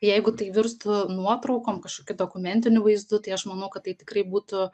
jeigu tai virstų nuotraukom kažkokių dokumentinių vaizdų tai aš manau kad tai tikrai būtų